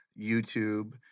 YouTube